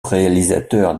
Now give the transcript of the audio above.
réalisateur